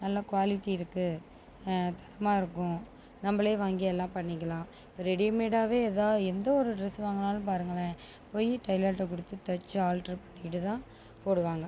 நல்ல குவாலிட்டி இருக்குது தரமாக இருக்கும் நம்மளே வாங்கி எல்லாம் பண்ணிக்கலாம் இப்போ ரெடிமேடாவே எதாக எந்த ஒரு ட்ரெஸ்சு வாங்கினாலும் பாருங்களேன் போய் டைலர்ட கொடுத்து தைச்சி ஆல்டர் பண்ணிக்கிட்டுதான் போடுவாங்கள்